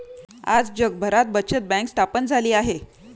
आज जगभरात बचत बँक स्थापन झाली आहे